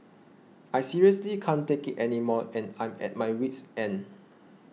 I seriously can't take it anymore and I'm at my wit's end